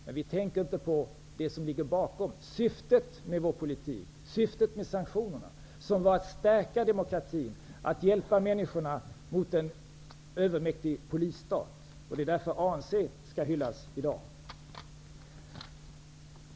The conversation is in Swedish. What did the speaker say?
Men vi tänker inte på det som ligger bakom, nämligen syftet med vår politik och sanktionerna som har varit att stärka demokratin, att hjälpa människorna mot en övermäktig polisstat. Det är därför som ANC skall hyllas i dag.